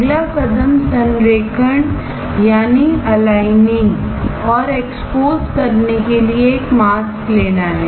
अगला कदम संरेखण और एक्सपोज करने के लिए एक मास्क लेना है